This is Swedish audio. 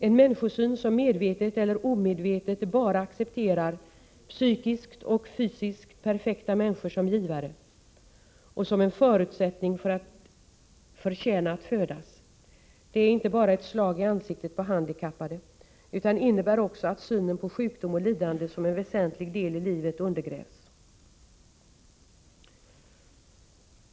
En människosyn som medvetet eller omedvetet bara accepterar psykiskt och fysiskt perfekta människor som givare — och som en förutsättning för att förtjäna att födas — är inte bara ett slag i ansiktet på handikappade utan innebär också att synen på sjukdom och lidande som en väsentlig del i livet undergrävs.